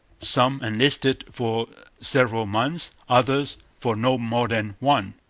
some enlisted for several months others for no more than one.